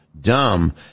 dumb